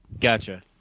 Gotcha